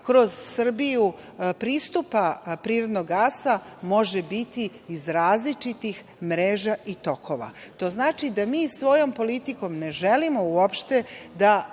kroz Srbiju, pristupa prirodnog gasa, može biti iz različitih mreža i tokova. To znači da mi svojom politikom ne želimo uopšte da